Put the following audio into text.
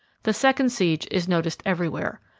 the second siege is noticed everywhere.